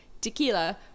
Tequila